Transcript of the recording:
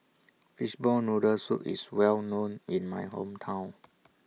Fishball Noodle Soup IS Well known in My Hometown